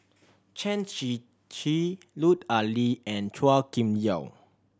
Chen Shiji Lut Ali and Chua Kim Yeow